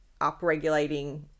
upregulating